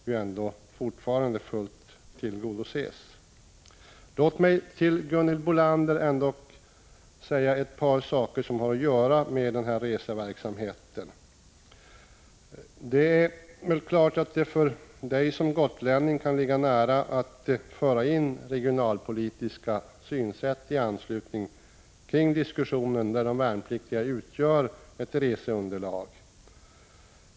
Låt mig sedan till Gunhild Bolander få framföra ett par synpunkter som Prot. 1985/86:144 har att göra med den här reseverksamheten. 16 maj 1986 Det är klart att det för Gunhild Bolander som gotlänning kan ligga nära till hands att föra in regionalpolitiska synsätt i anslutning till diskussionen om den verksamhet där de värnpliktiga utgör ett reseunderlag.